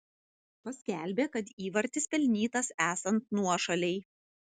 paskelbė kad įvartis pelnytas esant nuošalei